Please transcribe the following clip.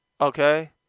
Okay